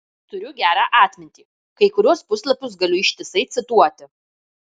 turiu gerą atmintį kai kuriuos puslapius galiu ištisai cituoti